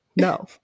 no